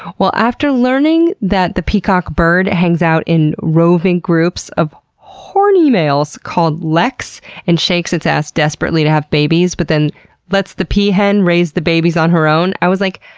after learning that the peacock bird hangs out in roving groups of horny males called leks and shakes its ass desperately to have babies, but then lets the peahen raise the babies on her own, i was like,